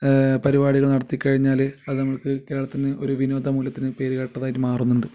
പരിപാടികൾ നടത്തിക്കഴിഞ്ഞാൽ അതു നമുക്ക് കേരളത്തിന് വിനോദ മൂല്യത്തിന് പേരു കേട്ടതായിട്ട് മാറുന്നുണ്ട്